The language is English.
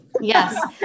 yes